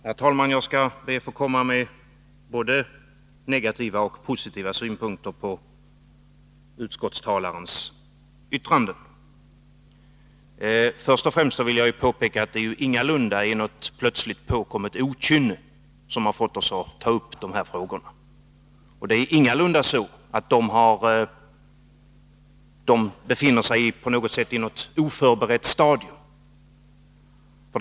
Herr talman! Jag skall be att få komma med både negativa och positiva synpunkter på utskottstalesmannens yttrande. Först och främst vill jag påpeka att det ingalunda är något plötsligt påkommet okynne som har fått oss att ta upp de här frågorna. De befinner sig ingalunda i något oförberett stadium.